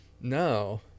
No